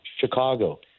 Chicago